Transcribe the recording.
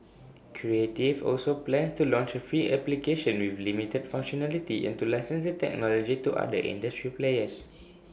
creative also plans to launch A free application with limited functionality and to license the technology to other industry players